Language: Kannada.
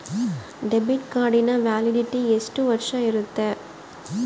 ಡೆಬಿಟ್ ಕಾರ್ಡಿನ ವ್ಯಾಲಿಡಿಟಿ ಎಷ್ಟು ವರ್ಷ ಇರುತ್ತೆ?